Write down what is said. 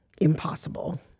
impossible